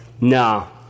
Nah